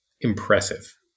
impressive